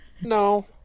no